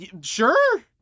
Sure